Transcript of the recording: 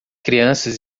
crianças